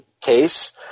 case